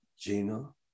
Gino